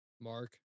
Mark